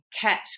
cat